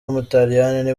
w’umutaliyani